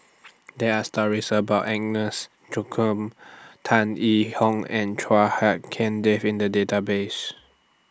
There Are stories about Agnes Joaquim Tan Yee Hong and Chua Hak Dave in The Database